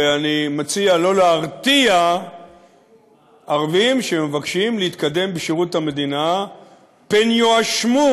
ואני מציע שלא להרתיע ערבים שמבקשים להתקדם בשירות המדינה פן יואשמו